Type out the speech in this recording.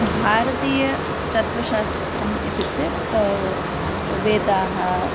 भारतीय तत्त्वशास्त्रम् इत्युक्ते वेदाः